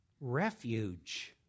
refuge